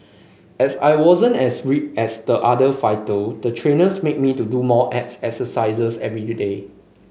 as I wasn't as ripped as the other fighter the trainers made me do more abs exercises every today